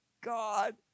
God